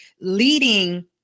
leading